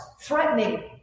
threatening